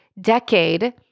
decade